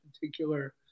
particular